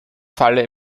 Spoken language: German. falle